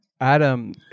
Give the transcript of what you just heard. Adam